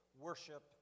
worship